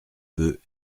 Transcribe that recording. peu